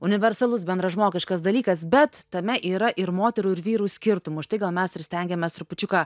universalus bendražmogiškas dalykas bet tame yra ir moterų ir vyrų skirtumš štai gal mes ir stengiamės trupučiuką